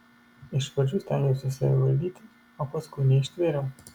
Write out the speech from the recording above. iš pradžių stengiausi save valdyti o paskui neištvėriau